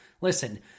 Listen